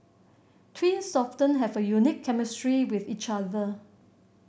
twins often have a unique chemistry with each other